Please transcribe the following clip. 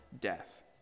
death